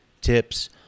tips